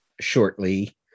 shortly